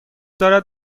دارد